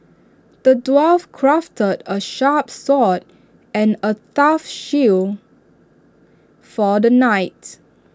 the dwarf crafted A sharp sword and A tough shield for the knight